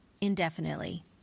indefinitely